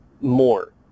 more